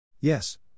Yes